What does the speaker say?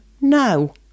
no